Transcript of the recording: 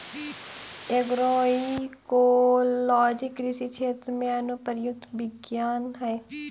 agroecology कृषि क्षेत्र में अनुप्रयुक्त विज्ञान हइ